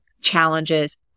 challenges